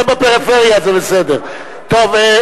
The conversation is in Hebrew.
קודם כול,